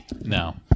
No